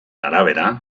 arabera